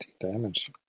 damage